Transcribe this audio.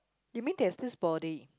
you mean there's this body